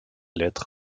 lettres